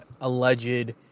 ...alleged